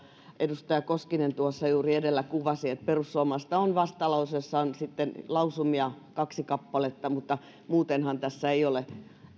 edustaja koskinen tuossa juuri edellä kuvasi perussuomalaisilla on vastalauseessaan lausumia kaksi kappaletta mutta muutenhan tässä ei ole